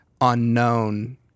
unknown